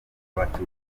abatutsi